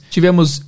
Tivemos